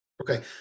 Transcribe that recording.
Okay